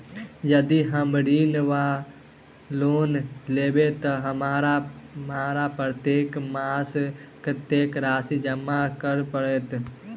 यदि हम ऋण वा लोन लेबै तऽ हमरा प्रत्येक मास कत्तेक राशि जमा करऽ पड़त?